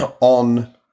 On